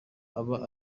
aba